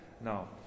Now